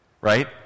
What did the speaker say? Right